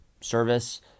service